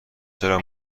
چرا